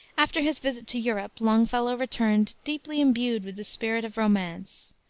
after his visit to europe, longfellow returned deeply imbued with the spirit of romance.